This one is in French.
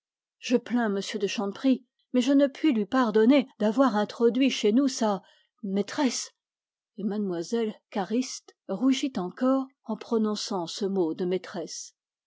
je plains m de chanteprie mais je ne puis lui pardonner d'avoir introduit chez nous sa maîtresse et mlle cariste rougit encore en prononçant ce mot de maîtresse